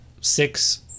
six